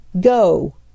go